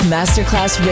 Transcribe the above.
Masterclass